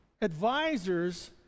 advisors